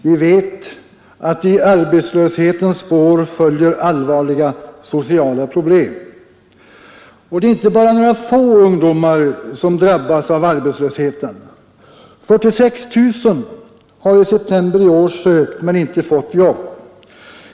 Vi vet att i arbetslöshetens spår följer allvarliga sociala problem Det är inte né har i september i år sökt men inte fått jobb.